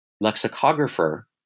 lexicographer